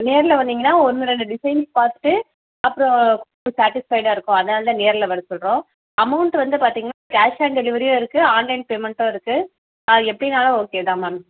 நேரில் வந்திங்கனா ஒன்று ரெண்டு டிசைன் பார்த்துட்டு அப்புறோம் சேட்டிஸ்ஃபைடாக இருக்கும் அதனால தான் நேரில் வர சொல்கிறோம் அமௌன்ட்டு வந்து பாத்தீங்கனா கேஷ் ஆன் டெலிவரியும் இருக்கு ஆன்லைன் பேமண்ட்டும் இருக்கு அது எப்படினாலும் ஓகே தான் மேம்